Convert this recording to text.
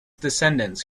descendants